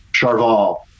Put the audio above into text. Charval